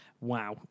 Wow